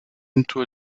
into